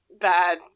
bad